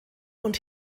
und